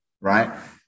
right